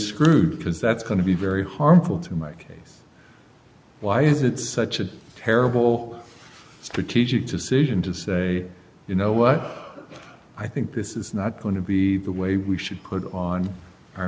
screwed because that's going to be very harmful to my case why is it such a terrible strategic decision to say you know what i think this is not going to be the way we should put on our